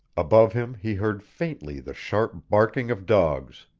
above him he heard faintly the sharp barking of dogs,